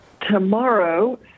tomorrow